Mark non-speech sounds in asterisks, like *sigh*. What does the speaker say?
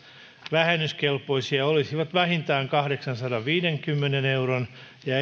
vähennyskelpoisia olisivat vähintään kahdeksansadanviidenkymmenen euron ja *unintelligible*